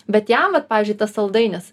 bet jam vat pavyzdžiui tas saldainis